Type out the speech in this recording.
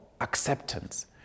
acceptance